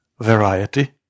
variety